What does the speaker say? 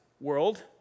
world